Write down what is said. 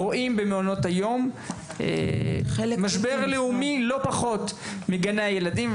כולנו רואים במעונות היום משבר לאומי לא פחות גדול מזה שבגני הילדים,